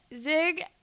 Zig